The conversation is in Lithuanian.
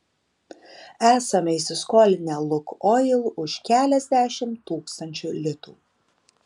esame įsiskolinę lukoil už keliasdešimt tūkstančių litų